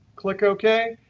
click ok,